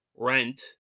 rent